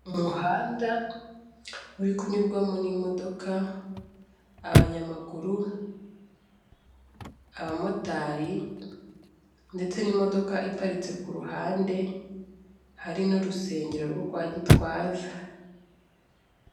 Umuhanda uri kunyurwamo n'imodoka, abanyamaguru, abamotari ndetse n'imodoka iparitse ku ruhande, hari n'urusengero rwo kwa Gitwaza.